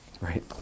Right